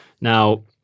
Now